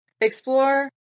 Explore